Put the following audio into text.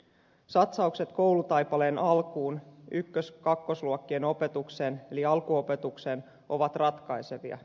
satsaukset koulutaipaleen alkuun ykkös kakkosluokkien opetukseen eli alkuopetukseen ovat ratkaisevia